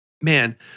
man